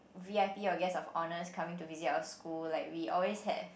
v_i_p or guest of honour coming to visit our school like we also had